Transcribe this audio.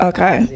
Okay